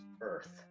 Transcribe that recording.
earth